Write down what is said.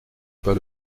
pas